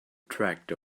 tractor